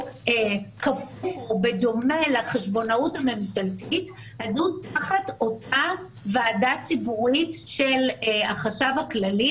--- בדומה לחשבונאות הממשלתית --- ועדה ציבורית של החשב הכללי,